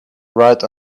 right